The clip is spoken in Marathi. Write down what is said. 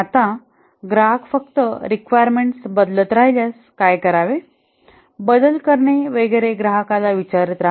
आता ग्राहक फक्त रिक्वायरमेंट्स बदलत राहिल्यास काय करावे बदल करणे वगैरे ग्राहकाला विचारत रहा